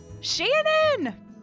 Shannon